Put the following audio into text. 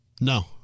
No